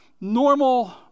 normal